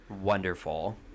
Wonderful